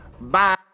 Bye